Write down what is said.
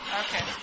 Okay